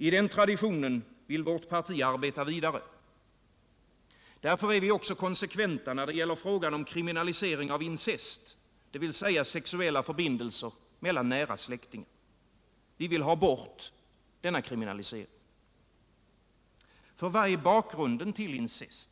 I den traditionen vill vårt parti arbeta vidare. Därför är vi också konsekventa när det gäller frågan om kriminalisering av incest, dvs. sexuella förbindelser mellan nära släktingar. Vi vill ha bort denna kriminalisering. För vad är bakgrunden till incest?